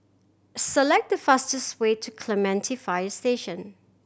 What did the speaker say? select the fastest way to Clementi Fire Station